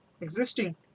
existing